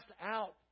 out